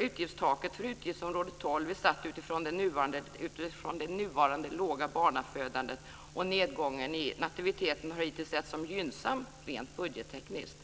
Utgiftstaket för utgiftsområde 12 är satt utifrån det nuvarande låga barnafödandet, och nedgången i nativiteten har hittills setts som gynnsam rent budgettekniskt.